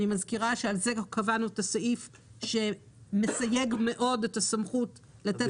אני מזכירה שעל זה קבענו את הסעיף שמסייג מאוד את הסמכות לתת פטורים.